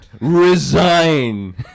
Resign